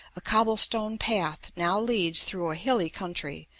a cobble-stone path now leads through a hilly country,